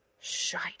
shite